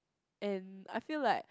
and I feel like